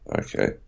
okay